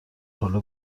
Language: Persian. حال